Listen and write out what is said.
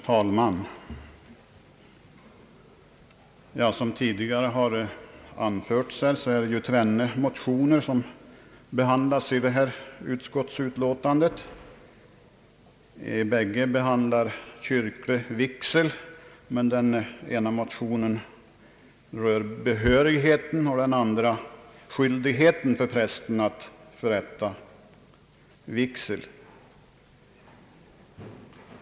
Herr talman! Som tidigare har anförts är det tvenne motioner som behandlas i detta utskottsutlåtande. Bägge gäller kyrklig vigsel, men den ena motionen rör behörigheten och den andra skyldigheten för präst att förrätta vigsel.